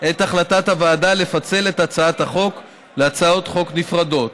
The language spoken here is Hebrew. את החלטת הוועדה לפצל את הצעת החוק להצעות חוק נפרדות,